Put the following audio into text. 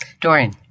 Dorian